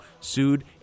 sued